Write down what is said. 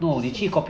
this is